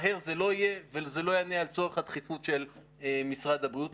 מהר זה לא יהיה וזה לא יענה על צורך הדחיפות של משרד הבריאות.